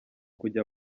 kujya